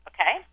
Okay